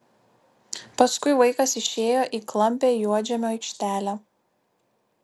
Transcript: paskui vaikas išėjo į klampią juodžemio aikštelę